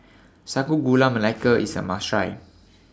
Sago Gula Melaka IS A must Try